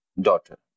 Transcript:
daughter